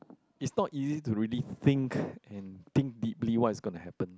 it's not easy to really think and think deeply what is gonna happen